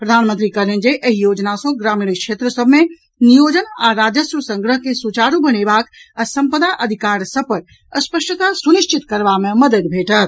प्रधानमंत्री कहलनि जे एहि योजना सँ ग्रामीण क्षेत्र सभ मे नियोजन आ राजस्व संग्रह के सुचारू बनेबाक आ संपदा अधिकार सभ पर स्पष्टता सुनिश्चित करबा मे मददि भेटत